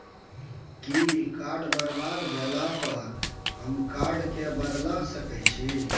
कि कार्ड बरबाद भेला पर हम कार्ड केँ बदलाए सकै छी?